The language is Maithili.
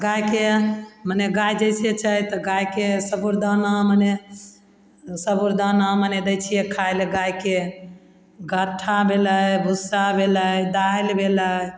आओर गाइके मने गाइ जइसे छै गाइके साबूदाना मने साबूदाना मने दै छिए खाइ ले गाइके घट्ठा भेलै भुस्सा भेलै दालि भेलै